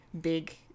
big